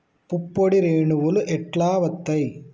పుప్పొడి రేణువులు ఎట్లా వత్తయ్?